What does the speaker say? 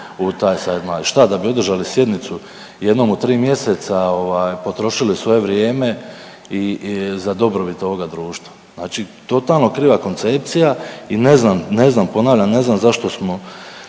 u taj savjet mladih. Šta, da bi održali sjednicu jednom u 3 mjeseca ovaj, potrošili svoje vrijeme i za dobrobit ovoga društva? Znači totalno kriva koncepcija i ne znam, ne znam, ponavljam, ne znam zašto smo